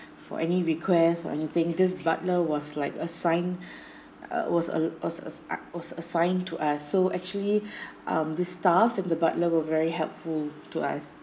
for any requests or anything this butler was like assigned uh was uh was was uh was assigned to us so actually um the staff and the butler were very helpful to us